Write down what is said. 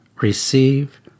receive